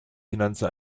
finanzen